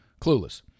Clueless